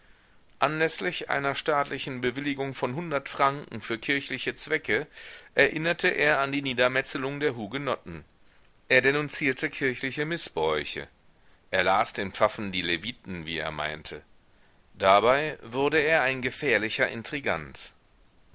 anläßlich einer staatlichen bewilligung von hundert franken für kirchliche zwecke erinnerte er an die niedermetzelung der hugenotten er denunzierte kirchliche mißbräuche er las den pfaffen die leviten wie er meinte dabei wurde er ein gefährlicher intrigant